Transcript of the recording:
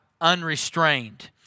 unrestrained